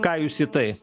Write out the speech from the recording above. ką jūs į tai